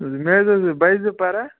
مےٚ حظ ٲسۍ بچہِ زٕ پَران